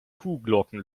kuhglocken